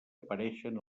apareixen